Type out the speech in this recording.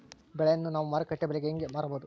ಬೆಳೆಯನ್ನ ನಾವು ಮಾರುಕಟ್ಟೆ ಬೆಲೆಗೆ ಹೆಂಗೆ ಮಾರಬಹುದು?